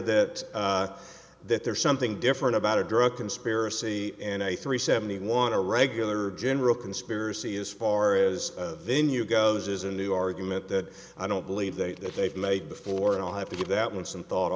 that that there's something different about a drug conspiracy and a three seventy one a regular general conspiracy as far as venue goes is a new argument that i don't believe that they've made before and i'll have to give that one some thought